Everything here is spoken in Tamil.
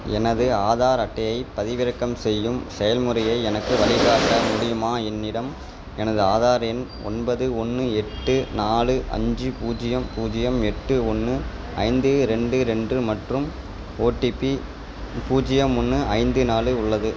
எனது ஆதார் அட்டையைப் பதிவிறக்கம் செய்யும் செயல்முறையை எனக்கு வழிகாட்ட முடியுமா என்னிடம் எனது ஆதார் எண் ஒன்பது ஒன்று எட்டு நாலு அஞ்சு பூஜ்ஜியம் பூஜ்ஜியம் எட்டு ஒன்று ஐந்து ரெண்டு ரெண்டு மற்றும் ஓடிபி பூஜ்ஜியம் ஒன்று ஐந்து நாலு உள்ளது